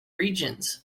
regions